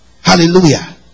Hallelujah